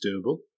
doable